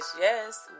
yes